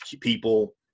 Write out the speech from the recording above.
People